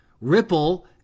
Ripple